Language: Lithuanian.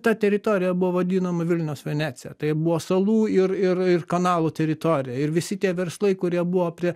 ta teritorija buvo vadinama vilniaus venecija tai buvo salų ir ir ir kanalų teritorija ir visi tie verslai kurie buvo prie